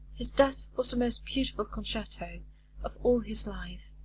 his death was the most beautiful concerto of all his life.